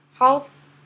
health